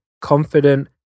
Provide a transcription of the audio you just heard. confident